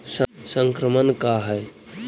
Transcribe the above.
संक्रमण का है?